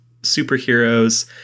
superheroes